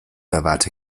erwarte